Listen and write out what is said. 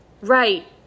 right